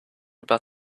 about